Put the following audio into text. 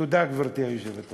תודה, גברתי היושבת-ראש.